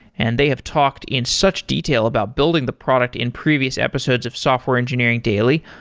and they have talked in such detail about building the product in previous episodes of software engineering daily.